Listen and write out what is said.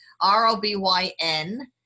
R-O-B-Y-N